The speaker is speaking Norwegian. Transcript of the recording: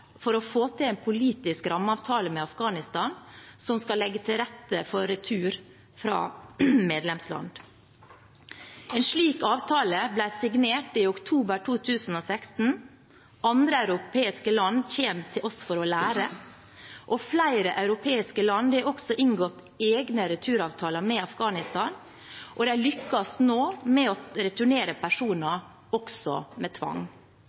for å få til en politisk rammeavtale med Afghanistan som skal legge til rette for returer fra medlemsland. En slik avtale ble signert i oktober 2016. Andre europeiske land kommer til oss for å lære, og flere europeiske land har også inngått egne returavtaler med Afghanistan, og de lykkes nå med å returnere personer også med tvang.